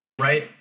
right